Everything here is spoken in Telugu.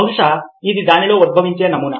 బహుశా ఇది దానిలో ఉద్భవించే నమూనా